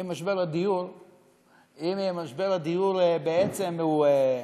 אם משבר הדיור בעצם הוא,